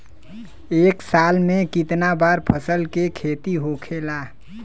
एक साल में कितना बार फसल के खेती होखेला?